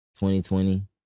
2020